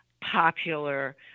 popular